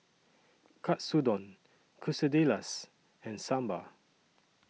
Katsudon Quesadillas and Sambar